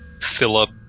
Philip